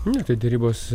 ne tai derybos